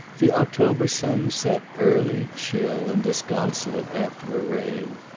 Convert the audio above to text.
the october sun set early, chill, and disconsolate after a rain.